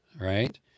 Right